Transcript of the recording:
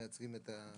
זה בתקנה.